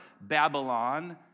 Babylon